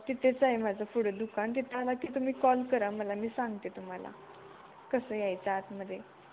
तिथंच आहे माझं पुढं दुकान तिथं आला की तुम्ही कॉल करा मला मी सांगते तुम्हाला कसं यायचं आतमध्ये